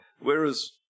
whereas